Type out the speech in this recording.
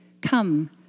Come